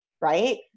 right